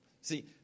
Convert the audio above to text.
See